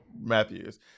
Matthews